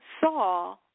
saw